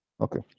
okay